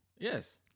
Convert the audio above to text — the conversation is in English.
Yes